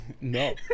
No